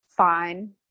Fine